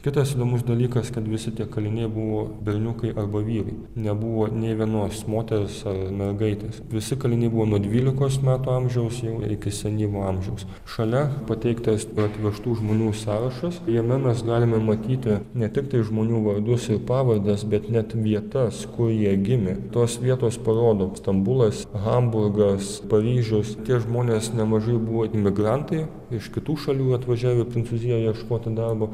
kitas įdomus dalykas kad visi tie kaliniai buvo berniukai arba vyrai nebuvo nė vienos moters ar mergaitės visi kaliniai buvo nuo dvylikos metų amžiaus jau iki senyvo amžiaus šalia pateiktas tų atvežtų žmonių sąrašas jame mes galime matyti ne tiktai žmonių vardus ir pavardes bet net vietas kur jie gimė tos vietos parodo stambulas hamburgas paryžius tie žmonės nemažai buvo imigrantai iš kitų šalių atvažiavę į prancūziją ieškoti darbo